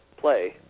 play